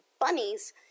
bunnies